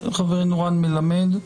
חברנו רן מלמד,